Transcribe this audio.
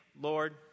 Lord